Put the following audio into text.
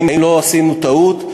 אם לא עשינו טעות.